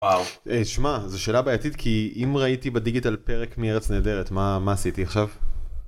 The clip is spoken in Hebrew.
שמע, זה שאלה בעייתית, כי אם ראיתי בדיגיטל פרק מארץ נהדרת, מה עשיתי עכשיו?